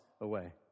away